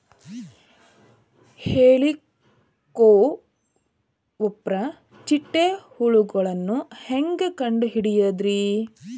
ಹೇಳಿಕೋವಪ್ರ ಚಿಟ್ಟೆ ಹುಳುಗಳನ್ನು ಹೆಂಗ್ ಕಂಡು ಹಿಡಿಯುದುರಿ?